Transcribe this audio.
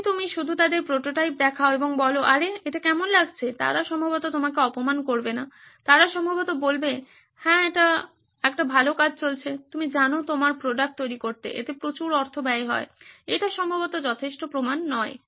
যদি তুমি শুধু তাদের প্রোটোটাইপ দেখাও এবং বলো আরে এটা কেমন লাগছে তারা সম্ভবত তোমাকে অপমান করবে না তারা সম্ভবত বলবে হ্যাঁ এটি একটি ভালো কাজ চলছে তুমি জানো তোমার প্রোডাক্ট তৈরি করতে এতে প্রচুর অর্থ ব্যয় হয় এটি সম্ভবত যথেষ্ট প্রমাণ নয়